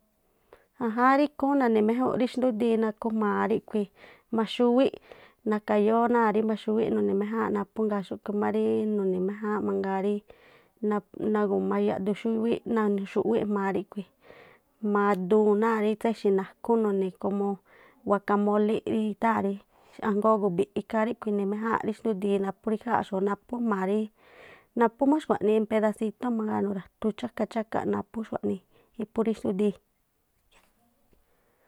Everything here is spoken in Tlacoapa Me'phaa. Ajáán rí ikhúún na̱ni̱ méjúnꞌ rí xndúdiin nakhu jma̱a ríkhui̱ maxúwíꞌ, nakayóo̱ rí náa̱ maxúwíꞌ nuni̱ méjáánꞌ naphú. Ngaa̱ xúꞌkhui̱ má ríí nuni̱ méjáánꞌ mangaa rí napꞌ- naguma- yaꞌdú xúwíꞌ náa̱ nu̱xu̱ꞌwíꞌ jma̱a ríꞌkhui̱, jma̱a duun rí náa̱ tséxi̱ nakhu̱ nu̱ni̱ komo wakamólíꞌ rí itháa̱ rí anjgóó gu̱bi̱ꞌ. Ikhaa ríꞌkhui̱ ini̱ méjáa̱nꞌ rí xndudiin naphu rí ikháa̱nꞌxu̱, naphu jma̱a ríí, naphú má xkuaꞌnii en pedasitó mangaa, nurajthu chákaꞌ chákaꞌ naphú xkuaꞌnii iphú rí xndúdii.